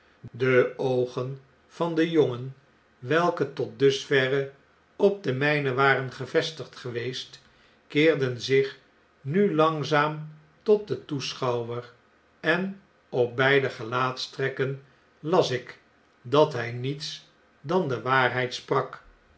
de oogen van den jongen welke tot dusverre op de mijne waren gevestigd geweest keerden zich nu langzaam tot den toeschouwer en op beider gelaatstrekken las ik dat hij niets dan de waarheid sprak